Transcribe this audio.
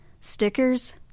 Stickers